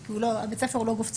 כי בית הספר הוא לא גוף ציבורי.